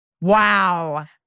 Wow